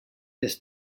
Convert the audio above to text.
des